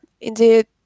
indeed